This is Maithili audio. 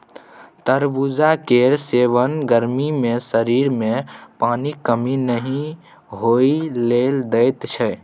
तरबुजा केर सेबन गर्मी मे शरीर मे पानिक कमी नहि होइ लेल दैत छै